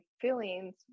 feelings